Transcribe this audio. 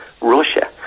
Russia